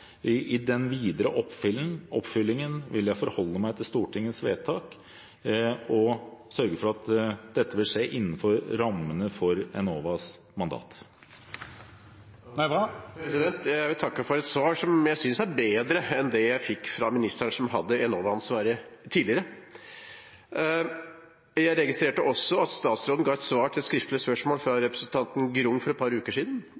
I den videre oppfølgingen vil jeg forholde meg til Stortingets vedtak og sørge for at dette vil skje innenfor rammene for Enovas mandat. Jeg vil takke for et svar som jeg synes er bedre enn det jeg fikk fra den ministeren som hadde Enova-ansvaret tidligere. Jeg registrerte også at statsråden ga et svar til skriftlig spørsmål fra representanten Grung for et par uker siden,